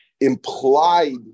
implied